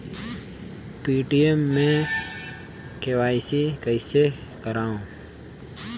Paytm मे KYC कइसे करव?